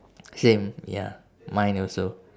same ya mine also